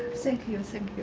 say thank